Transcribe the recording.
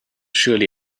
surely